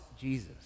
Jesus